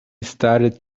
started